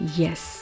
yes